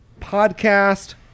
Podcast